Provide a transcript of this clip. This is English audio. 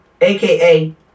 aka